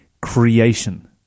creation